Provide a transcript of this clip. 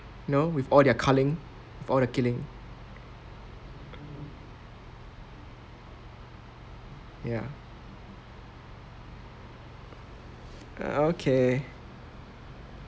you know with all their culling with all the killing ya uh okay